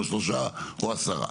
או שלושה או עשרה.